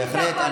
בהחלט.